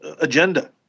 agenda